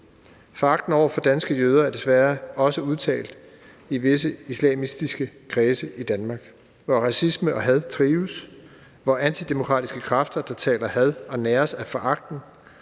Foragten over for danske jøder er desværre også udtalt i visse islamistiske kredse i Danmark, hvor racisme og had trives, hvor antidemokratiske kræfter taler had og næres af foragten,